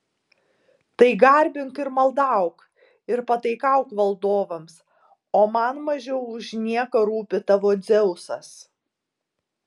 tai garbink ir maldauk ir pataikauk valdovams o man mažiau už nieką rūpi tavo dzeusas